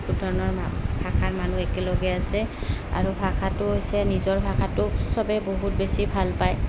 বহুত ধৰণৰ ভাষাৰ মানুহ একেলগে আছে আৰু ভাষাটো হৈছে নিজৰ ভাষাটোক চবেই বহুত বেছি ভাল পায়